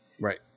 right